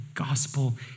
gospel